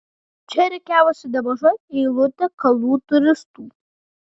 čia rikiavosi nemaža eilutė kalnų turistų